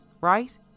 right